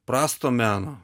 prasto meno